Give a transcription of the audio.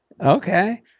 Okay